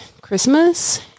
Christmas